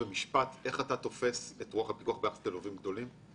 איך אתה תופס את רוח הפיקוח ביחס ללווים גדולים?